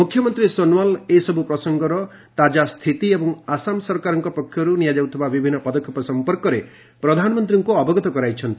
ମୁଖ୍ୟମନ୍ତ୍ରୀ ସୋନୱାଲ ଏସବୁ ପ୍ରସଙ୍ଗର ତାକାସ୍ଥିତି ଏବଂ ଆସାମ ସରକାରଙ୍କ ପକ୍ଷରୁ ନିଆଯାଉଥିବା ବିଭିନ୍ନ ପଦକ୍ଷେପ ସମ୍ପର୍କରେ ପ୍ରଧାନମନ୍ତ୍ରୀଙ୍କୁ ଅବଗତ କରାଇଛନ୍ତି